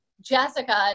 Jessica